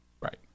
Right